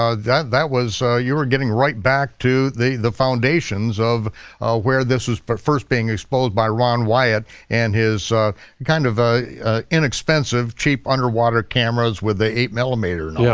ah that that was you were getting right back to the the foundations of where this was but first being exposed by ron wyatt and his kind of ah inexpensive cheap underwater cameras with the eight millimeters. yeah